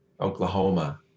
Oklahoma